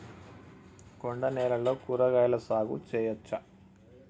కొండ నేలల్లో కూరగాయల సాగు చేయచ్చా?